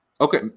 Okay